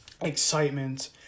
excitement